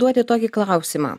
duoti tokį klausimą